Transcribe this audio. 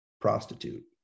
prostitute